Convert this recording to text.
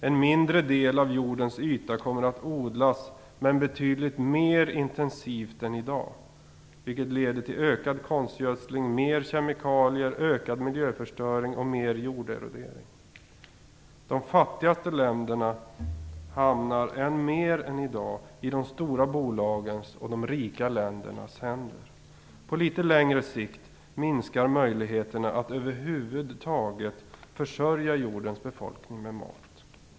En mindre del av jordens yta kommer att odlas, men betydligt mer intensivt än i dag, vilket leder till ökad konstgödsling, mer kemikalier, ökad miljöförstöring och mer jorderodering. De fattigaste länderna hamnar än mer än i dag i de stora bolagens och de rika ländernas händer. På litet längre sikt minskar möjligheterna att över huvud taget försörja jordens befolkning med mat.